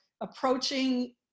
Approaching